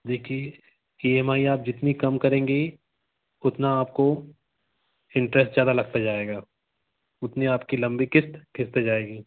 देखिए E M I आप जितनी कम करेंगी उतना आपको इंटरेस्ट ज़्यादा लगता जाएगा उतनी आपकी लंबी किस्त खींचते जाएगी